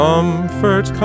Comfort